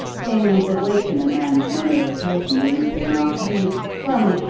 things awaken a man's memory occasionally, mr. narkom, and tell me,